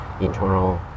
internal